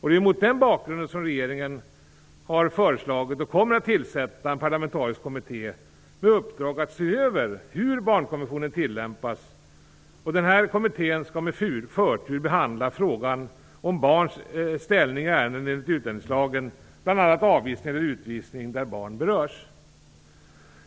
Det är mot den bakgrunden som regeringen har föreslagit och kommer att tillsätta en parlamentarisk kommitté med uppdrag att se över hur barnkonventionen tillämpas. Kommittén skall med förtur behandla frågan om barns ställning i ärenden enligt utlänningslagen, bl.a. avvisning eller utvisning där barn berörs.